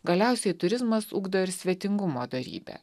galiausiai turizmas ugdo ir svetingumo dorybę